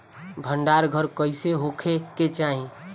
भंडार घर कईसे होखे के चाही?